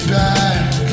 back